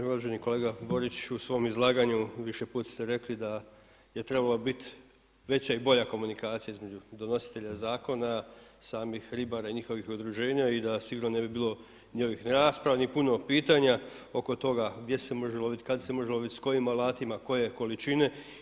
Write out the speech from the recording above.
Uvaženi kolega Borić u svom izlaganju više put ste rekli da je trebala bit veća i bolja komunikacija između donositelja zakona, samih ribara i njihovih udruženja i da sigurno ne bi bilo novih rasprava ni puno pitanja oko toga gdje se može lovit, kad se može lovit, sa kojim alatima, koje količine.